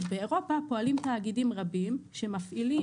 באירופה פועלים תאגידים רבים שמפעילים